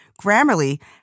Grammarly